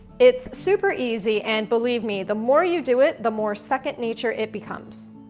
it's super easy and, believe me, the more you do it, the more second-nature it becomes.